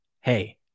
hey